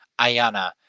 Ayana